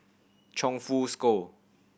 Chongfu School